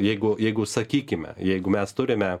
jeigu jeigu sakykime jeigu mes turime